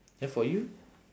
then for you